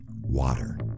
water